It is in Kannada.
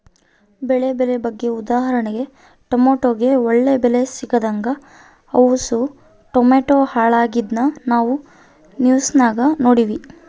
ಬೆಳೆ ಬೆಲೆ ಬಗ್ಗೆ ಉದಾಹರಣೆಗೆ ಟಮಟೆಗೆ ಒಳ್ಳೆ ಬೆಲೆ ಸಿಗದಂಗ ಅವುಸು ಟಮಟೆ ಹಾಳಾಗಿದ್ನ ನಾವು ನ್ಯೂಸ್ನಾಗ ನೋಡಿವಿ